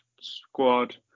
squad